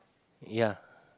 ya